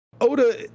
Oda